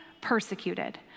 persecuted